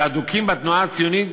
שאדוקים בתנועה הציונית,